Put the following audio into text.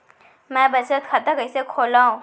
मै बचत खाता कईसे खोलव?